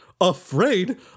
afraid